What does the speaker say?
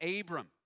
Abram